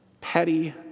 petty